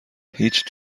هیچ